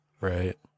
Right